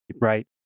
Right